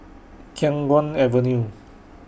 Khiang Guan Avenue